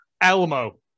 Elmo